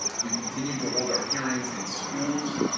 we've continued to hold our hearings in schools.